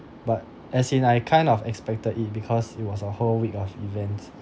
but as in I kind of expected it because it was a whole week of events